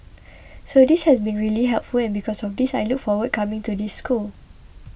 so this has been really helpful and because of this I look forward coming to this school